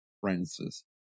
Francis